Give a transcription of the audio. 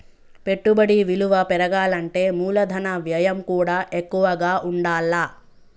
పెట్టుబడి విలువ పెరగాలంటే మూలధన వ్యయం కూడా ఎక్కువగా ఉండాల్ల